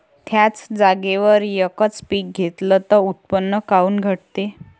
थ्याच जागेवर यकच पीक घेतलं त उत्पन्न काऊन घटते?